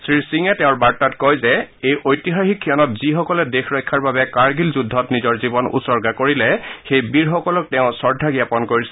শ্ৰীসিঙে তেওঁৰ বাৰ্তাত কয় যে এই ঐতিহাসিক ক্ষণত যিসকলে দেশ ৰক্ষাৰ বাবে কাৰ্গিল যুদ্ধত নিজৰ জীৱন উচৰ্গা কৰিলে সেই বীৰসকলক তেওঁ শ্ৰদ্ধা জাপন কৰিছে